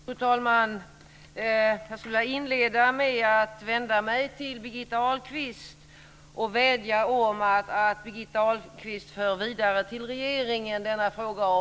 Fru talman! Jag skulle vilja inleda med att vända mig till Birgitta Ahlqvist och vädja till henne att föra frågan om visumkostnader vidare till regeringen.